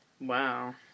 Wow